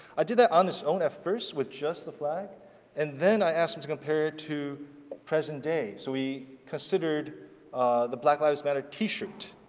i did this on its own at first with just the flag and then i asked them to compare to present day so we considered the black lives matter t-shirt.